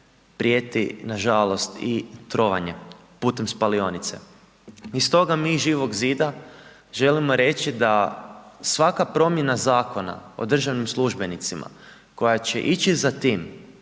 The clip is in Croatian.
prijeti nažalost i trovanje putem spalionice. I stoga mi iz Živog zida želimo reći da svaka promjena Zakona o državnim službenicima koja će ići za tim